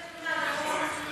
הוא שלח להם אימייל שיצביעו לו,